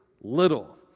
Little